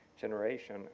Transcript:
generation